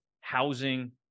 housing